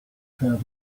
crowded